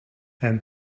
and